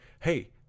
hey